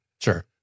Sure